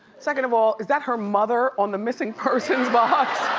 second of all, is that her mother on the missing person's box?